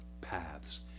paths